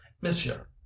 monsieur